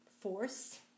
Force